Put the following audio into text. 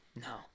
No